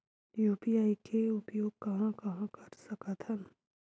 UPI के उपयोग कहां कहा कर सकत हन?